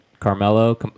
Carmelo